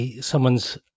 someone's